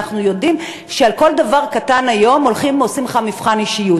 אנחנו יודעים שעל כל דבר קטן היום הולכים ועושים לך מבחן אישיות.